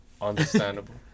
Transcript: Understandable